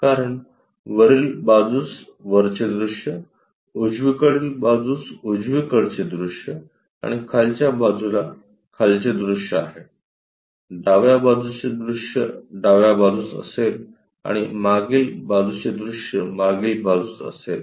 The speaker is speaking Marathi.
कारण वरील बाजूस वरचे दृश्य उजवीकडील बाजूस उजवीकडचे दृश्य आणि खालच्या बाजूला खालचे दृश्य आहे डाव्या बाजूचे दृश्य डाव्या बाजूस असेल आणि मागील बाजूचे दृश्य मागील बाजूस असेल